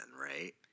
right